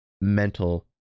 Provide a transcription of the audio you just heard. mental